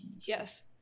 Yes